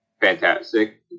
fantastic